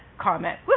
comment